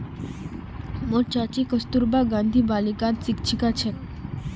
मोर चाची कस्तूरबा गांधी बालिकात शिक्षिका छेक